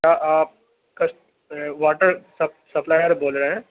کیا آپ water supplier بول رہے ہیں